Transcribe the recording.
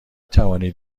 توانید